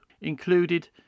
included